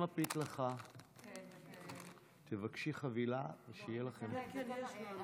הצעת החוק הזו היא בעיניי חרפה וחוצפה שאין למעלה ממנה.